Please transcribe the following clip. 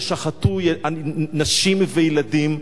ששחטו נשים וילדים,